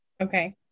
Okay